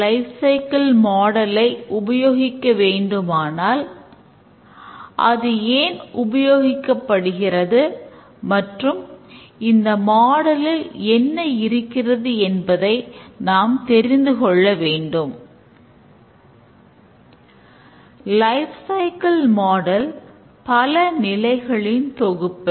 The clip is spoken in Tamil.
லைஃப் சைக்கிள் மாடல் பல நிலைகளின் தொகுப்பு